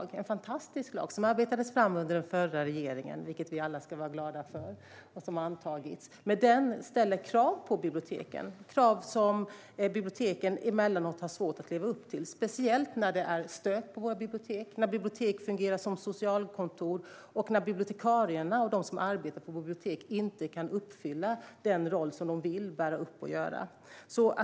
Det är en fantastisk lag som arbetades fram under den förra regeringen, och vi ska alla vara glada för att den har antagits. Den ställer krav på biblioteken. Det är krav som biblioteken emellanåt har svårt att leva upp till. Det gäller speciellt när det är stök på våra bibliotek, när bibliotek fungerar som socialkontor och när bibliotekarierna och de som arbetar på bibliotek inte kan fylla den roll de vill ha.